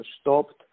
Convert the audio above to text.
stopped